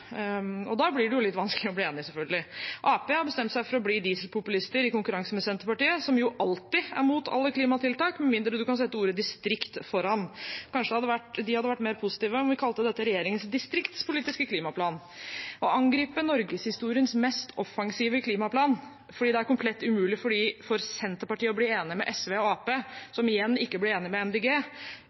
Da blir det selvfølgelig litt vanskelig å bli enig. Arbeiderpartiet har bestemt seg for å bli dieselpopulister i konkurranse med Senterpartiet, som jo alltid er mot alle klimatiltak med mindre man kan sette ordet «distrikt» foran. Kanskje de hadde vært mer positive om vi kalte dette regjeringens distriktspolitiske klimaplan? Å angripe norgeshistoriens mest offensive klimaplan fordi det er komplett umulig for Senterpartiet å bli enig med SV og Arbeiderpartiet, som igjen ikke blir enig med